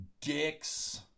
Dicks